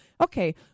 Okay